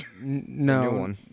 No